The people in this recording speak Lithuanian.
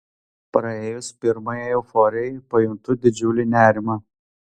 praėjus pirmajai euforijai pajuntu didžiulį nerimą